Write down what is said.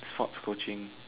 sports coaching